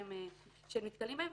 שהם נתקלים בהם.